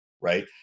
right